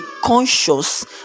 conscious